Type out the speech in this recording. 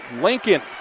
Lincoln